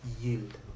yield